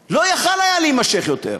לא יכול היה להימשך יותר.